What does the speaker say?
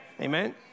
Amen